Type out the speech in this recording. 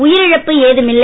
உயிரிழப்பு ஏதுமில்லை